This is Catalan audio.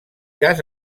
cas